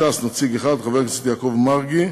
ש"ס, נציג אחד, חבר הכנסת יעקב מרגי,